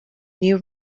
new